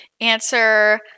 answer